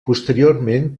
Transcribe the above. posteriorment